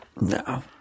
No